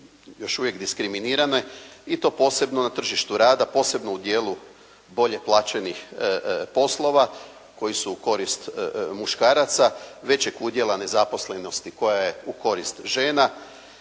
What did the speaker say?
još uvijek diskriminirane i to posebno na tržištu rada, posebno u dijelu bolje plaćenih poslova koji su u korist muškaraca, većeg udjela nezaposlenosti koja je u korist žena,